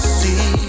see